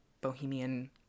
bohemian